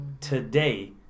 today